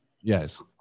Yes